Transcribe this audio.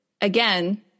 Again